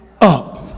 up